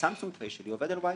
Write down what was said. הסמסונג --- עובד על Wi-Fi,